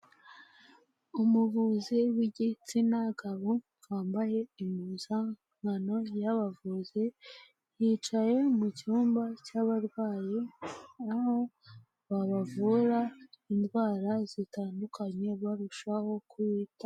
Umuvuzi w'igitsina gabo wambaye impuzankano y'abavuzi yicaye mu cyumba cy'abarwayi aho babavura indwara zitandukanye barushaho kubitaho.